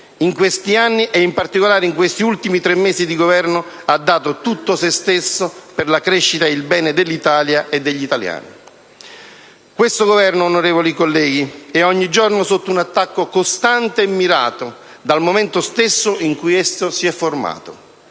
in questi anni e che in particolare in questi ultimi tre mesi di Governo ha dato tutto sé stesso per la crescita e il bene dell'Italia e degli italiani. Questo Governo, onorevoli colleghi, è ogni giorno sotto un attacco costante e mirato, dal momento stesso in cui esso si è formato.